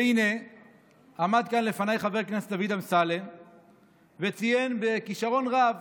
והינה עמד כאן לפניי חבר הכנסת דוד אמסלם וציין בכישרון רב